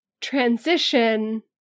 transition